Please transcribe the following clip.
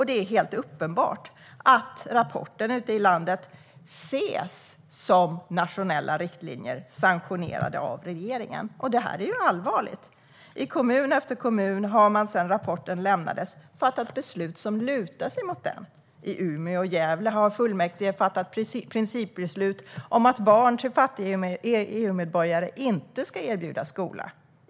Det är helt uppenbart att rapporten ute i landet ses som nationella riktlinjer sanktionerade av regeringen. Det är allvarligt. I kommun efter kommun har man sedan rapporten lämnades fattat beslut som lutar sig mot rapporten. I Umeå och Gävle har fullmäktige fattat principbeslut om att barn till fattiga EU-medborgare inte ska erbjudas skola.